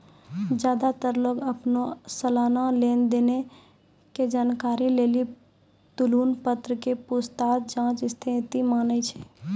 ज्यादातर लोग अपनो सलाना लेन देन के जानकारी लेली तुलन पत्र के पूछताछ जांच स्थिति मानै छै